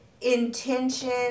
intention